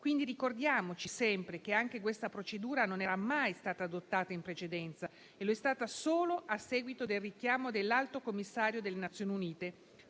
Quindi, ricordiamoci sempre che questa procedura non era mai stata adottata in precedenza e lo è stata solo a seguito del richiamo dell'Alto commissario delle Nazioni Unite